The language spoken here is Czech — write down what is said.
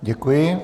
Děkuji.